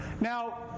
Now